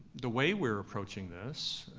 the way we're approaching this,